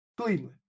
Cleveland